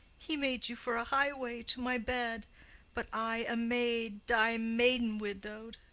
he made you for a highway to my bed but i, a maid, die maiden-widowed.